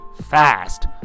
fast